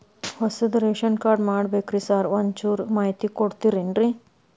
ಹೊಸದ್ ration card ಮಾಡ್ಬೇಕ್ರಿ sir ಒಂಚೂರ್ ಮಾಹಿತಿ ಕೊಡ್ತೇರೆನ್ರಿ?